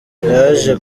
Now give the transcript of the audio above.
yaje